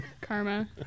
karma